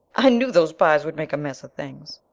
i knew those pyes would make a mess of things.